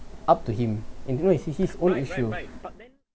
up to him and you know is his own issue